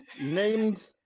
named